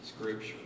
scripture